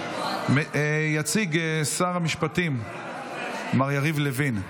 יציג שר המשפטים מר יריב לוין.